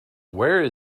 where